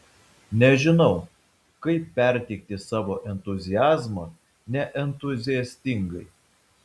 nežinau kaip perteikti savo entuziazmą neentuziastingai